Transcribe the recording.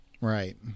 right